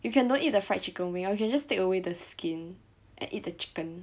you can don't eat the fried chicken wing or you can just take away the skin and eat the chicken